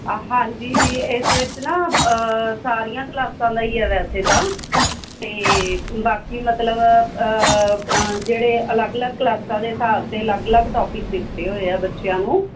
ਹਾਂਜੀ ਇਸ ਵਿੱਚ ਨਾ ਸਾਰੀਆਂ ਕਲਾਸਾਂ ਦਾ ਹੀ ਹੈ ਵੈਸੇ ਤਾਂ ਅਤੇ ਬਾਕੀ ਮਤਲਬ ਜਿਹੜੇ ਅਲੱਗ ਅਲੱਗ ਕਲਾਸਾਂ ਦੇ ਹਿਸਾਬ 'ਤੇ ਅਲੱਗ ਅਲੱਗ ਟੋਪਿਕ ਦਿੱਤੇ ਹੋਏ ਆ ਬੱਚਿਆਂ ਨੂੰ